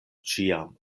ĉiam